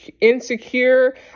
insecure